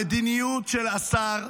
המדיניות של השר,